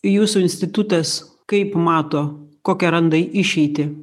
jūsų institutas kaip mato kokią randa išeitį